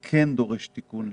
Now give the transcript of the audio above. אמירה מה כן דורש תיקון לשיטתו.